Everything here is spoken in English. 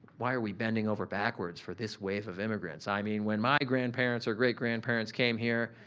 why are we bending over backwards for this wave of immigrants? i mean, when my grandparents or great grandparents came here,